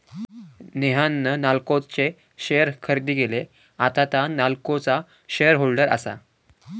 नेहान नाल्को चे शेअर खरेदी केले, आता तां नाल्कोचा शेअर होल्डर आसा